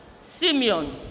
Simeon